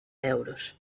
euros